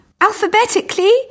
Alphabetically